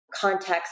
context